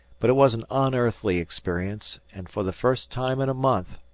but it was an unearthly experience, and, for the first time in a month,